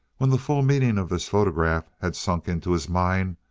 when the full meaning of this photograph had sunk into his mind,